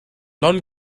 non